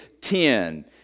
Ten